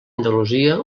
andalusia